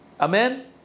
Amen